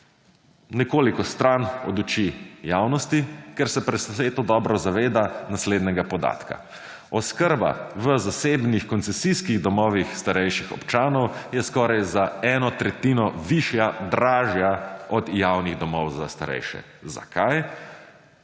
nekoliko stran od oči javnosti, ker se presneto dobro zaveda naslednjega podatka. Oskrba v zasebnih koncesijskih domovih starejših občanov je skoraj za eno tretjino višja, dražja od javnih domov za starejše. Zakaj?